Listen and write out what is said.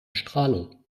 strahlung